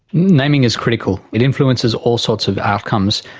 naming is critical, it influences all sorts of outcomes.